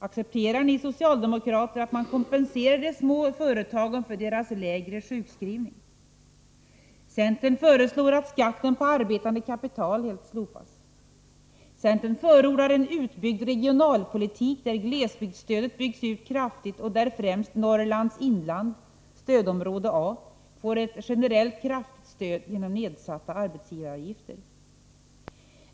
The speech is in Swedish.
Accepterar ni socialdemokrater att man kompenserar de små företagen för deras lägre sjukskrivning? Centern förordar en utbyggd regionalpolitik, där glesbygdsstödet byggs ut kraftigt och där främst Norrlands inland får ett generellt kraftigt stöd genom nedsatta arbetsgivaravgifter.